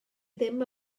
ddim